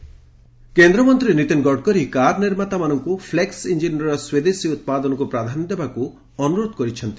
ଗଡ଼କରୀ କେନ୍ଦ୍ର ମନ୍ତ୍ରୀ ନୀତିନ ଗଡ଼କରୀ କାର୍ ନିର୍ମାତା ମାନଙ୍କୁ ଫ୍ଲେକ୍ସ ଇଞ୍ଜିନ୍ର ସ୍ୱଦେଶୀ ଉତ୍ପାଦନକୁ ପ୍ରାଧାନ୍ୟ ଦେବାକୁ ଅନୁରୋଧ କରିଛନ୍ତି